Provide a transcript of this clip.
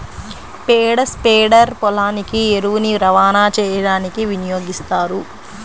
పేడ స్ప్రెడర్ పొలానికి ఎరువుని రవాణా చేయడానికి వినియోగిస్తారు